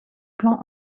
plans